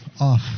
off